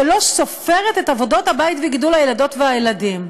שלא סופרת את עבודות הבית וגידול הילדות והילדים,